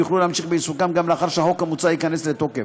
ויוכלו להמשיך בעיסוקם גם לאחר שהחוק המוצע ייכנס לתוקף.